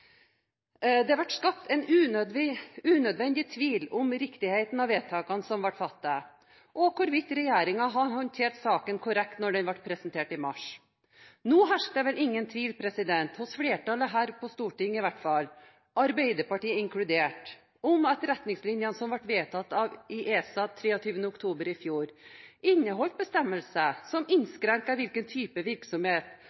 Det ble skapt unødvendig tvil om riktigheten av vedtakene som ble fattet, og hvorvidt regjeringen hadde håndtert saken korrekt da den ble presentert i mars. Nå hersker det vel ingen tvil – hos flertallet her på Stortinget i hvert fall, Arbeiderpartiet inkludert – om at retningslinjene som ble vedtatt av ESA 23. oktober i fjor, inneholdt bestemmelser som